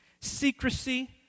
Secrecy